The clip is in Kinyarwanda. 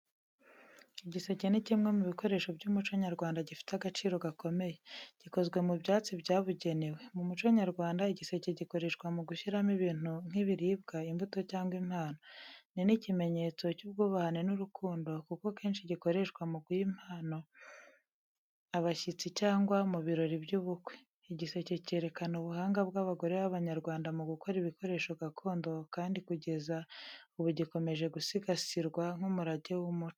Igiseke ni kimwe mu bikoresho by’umuco nyarwanda gifite agaciro gakomeye. Gikozwe mu byatsi byabugenewe. Mu muco nyarwanda, igiseke gikoreshwa mu gushyiramo ibintu nk’ibiribwa, imbuto cyangwa impano. Ni n’ikimenyetso cy’ubwubahane n’urukundo, kuko kenshi gikoreshwa mu guha impano abashyitsi cyangwa mu birori by’ubukwe. Igiseke cyerekana ubuhanga bw’abagore b’Abanyarwanda mu gukora ibikoresho gakondo, kandi kugeza ubu gikomeje gusigasirwa nk’umurage w’umuco.